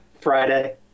Friday